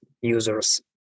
users